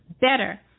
better